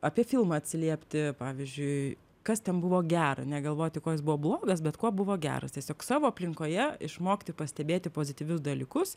apie filmą atsiliepti pavyzdžiui kas ten buvo gera negalvoti kuo is buvo blogas bet kuo buvo geras tiesiog savo aplinkoje išmokti pastebėti pozityvius dalykus